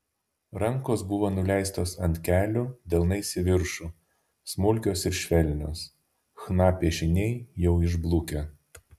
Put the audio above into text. rankos buvo nuleistos ant kelių delnais į viršų smulkios ir švelnios chna piešiniai jau išblukę